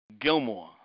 Gilmore